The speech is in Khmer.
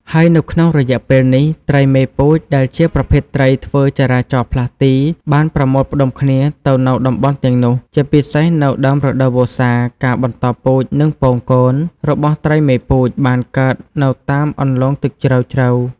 ហើយនៅក្នុងរយៈពេលនេះ ត្រីមេពូជ ដែលជាប្រភេទត្រីធ្វើចរាចរផ្លាស់ទី បានប្រមូលផ្តុំគ្នាទៅនៅតំបន់ទាំងនោះ ជាពិសេសនៅដើមរដូវវស្សា ការបន្តពូជ និងពង-កូន របស់ត្រីមេពូជ បានកើតនៅតាមអន្លុងទឹកជ្រៅៗ